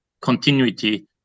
continuity